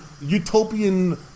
utopian